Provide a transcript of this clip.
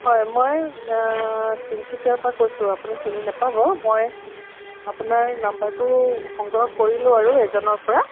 হয় মই তিনচুকীয়াৰ পৰা কৈছোঁ আপুনি চিনি নাপাব মই আপোনাৰ নাম্বাৰটো সংগ্ৰহ কৰিলোঁ আৰু এজনৰ পৰা